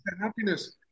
Happiness